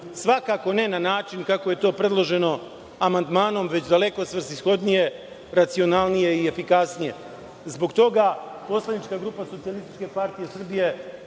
svakako ne na način kako je to predloženo amandmanom, već daleko svrsishodnije, racionalnije i efikasnije. Zbog toga poslanička grupa SPS svakako neće